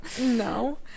no